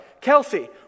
Kelsey